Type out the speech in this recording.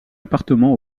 appartement